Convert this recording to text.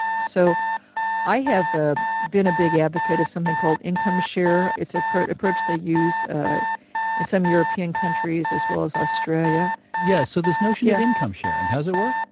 so i have ah been a big advocate of something called income share. it's an approach they use in some european countries, as well as australia yeah, so this notion of income sharing, how's it work?